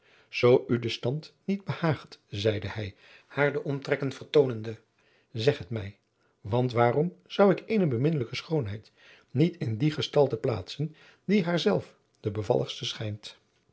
van maurits lijnslager stand niet behaagt zeide hij haar de omtrekken vertoonende zeg het mij want waarom zou ik eene beminnelijke schoonheid niet in die gestalte plaatsen die haar zelf de bevalligste schijnt